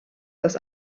das